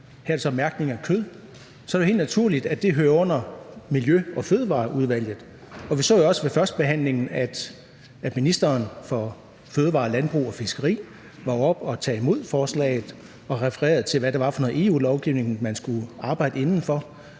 her er det mærkning af kød – så er det helt naturligt, at det hører under Miljø- og Fødevareudvalget. Og vi så jo også ved førstebehandlingen, at ministeren for fødevarer, landbrug og fiskeri var oppe og tage imod forslaget og refererede til, hvad det var for noget EU-lovgivning, man skulle arbejde inden for.